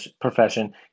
profession